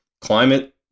climate